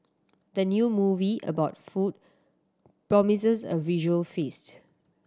the new movie about food promises a visual feast